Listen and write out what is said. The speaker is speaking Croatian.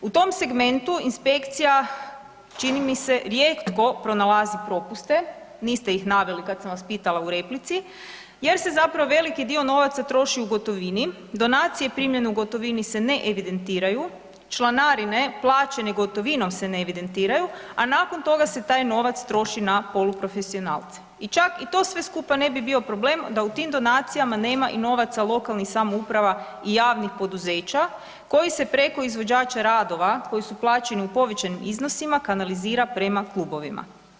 U tom segmentu inspekcija čini mi se rijetko pronalazi propuste, niste ih naveli kad sam vas pitala u replici jer se zapravo veliki dio novaca troši u gotovini, donacije primljene u gotovini se ne evidentiraju, članarine plaćene gotovinom se ne evidentiraju, a nakon toga se taj novac troši na poluprofesionalce i čak i to sve skupa ne bi bio problem da u tim donacijama nema i novaca lokalnih samouprava i javnih poduzeća koji se preko izvođača radova koji su plaćeni u povećanim iznosima kanalizira prema klubovima.